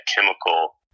chemical